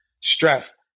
stress